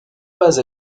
pas